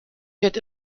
wird